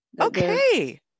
Okay